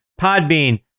Podbean